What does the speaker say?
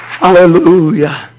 Hallelujah